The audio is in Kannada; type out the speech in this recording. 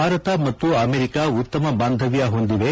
ಭಾರತ ಮತ್ತು ಅಮೆರಿಕಾ ಉತ್ತಮ ಬಾಂಧವ್ಯ ಹೊಂದಿವೆ